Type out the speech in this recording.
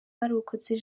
barokotse